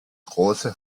große